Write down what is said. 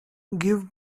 give